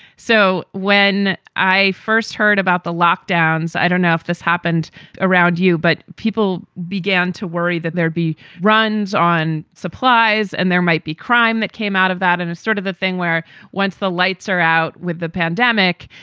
so when i first heard about the lockdowns, i don't know if this happened around you, but people began to worry that there'd be runs on supplies and there might be crime that came out of that. and it's sort of the thing where once the lights are out with the pandemic,